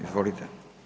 Izvolite.